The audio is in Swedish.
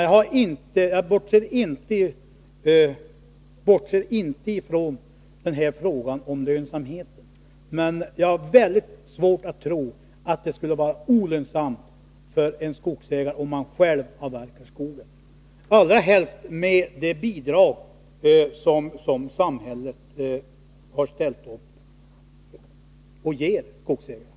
Jag bortser inte ifrån frågan om lönsamheten, men jag har väldigt svårt att tro att det skulle vara olönsamt för en skogsägare om han själv avverkar skogen, allra helst med tanke på de bidrag som samhället ger skogsägarna.